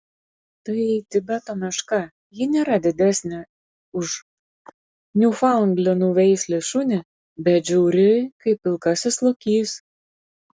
tai tibeto meška ji nėra didesnė už niūfaundlendų veislės šunį bet žiauri kaip pilkasis lokys